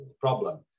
problem